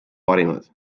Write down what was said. parimad